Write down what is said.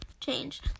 Change